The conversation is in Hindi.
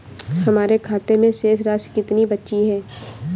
हमारे खाते में शेष राशि कितनी बची है?